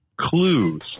clues